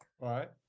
Right